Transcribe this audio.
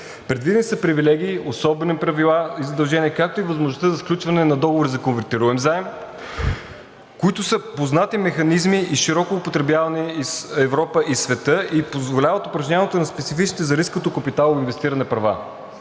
Предвидени са привилегии, особени правила и задължения, както и възможността за сключване на договори за конвертируем заем, които са познати механизми и широко употребявани из Европа и света, и позволяват упражняването на специфичните за рисковете от капиталовото инвестиране права.